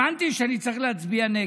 הבנתי שאני צריך להצביע נגד.